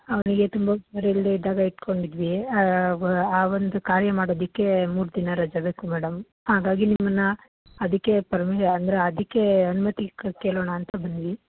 ಅವನಿಗೆ ತುಂಬ ಹುಷಾರು ಇಲ್ಲದೆ ಇದ್ದಾಗ ಇಟ್ಕೊಂಡಿದ್ವಿ ಬ ಆ ಒಂದು ಕಾರ್ಯ ಮಾಡೋದಿಕ್ಕೆ ಮೂರು ದಿನ ರಜೆ ಬೇಕು ಮೇಡಮ್ ಹಾಗಾಗಿ ನಿಮ್ಮನ್ನ ಅದಕ್ಕೆ ಪರ್ಮಿಯ ಅಂದರೆ ಅದಕ್ಕೆ ಅನುಮತಿ ಕೇಳೋಣ ಅಂತ ಬಂದ್ವಿ